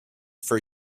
for